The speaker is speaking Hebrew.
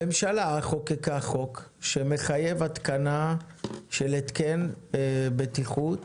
הממשלה חוקקה חוק שמחייב התקנה של התקן בטיחות